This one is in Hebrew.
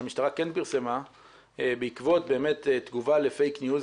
שהמשטרה כן פרסמה בעקבות באמת תגובה לפייק ניוז,